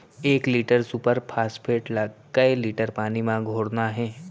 एक litre super phosphate ला कए लीटर पानी मा घोरना हे?